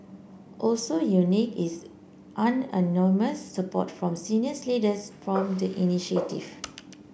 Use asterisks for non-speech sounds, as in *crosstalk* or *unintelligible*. also unique is *unintelligible* support from senior leaders for the initiative